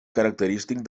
característic